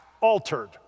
altered